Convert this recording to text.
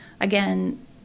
again